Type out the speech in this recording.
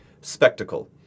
Spectacle